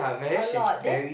a lot then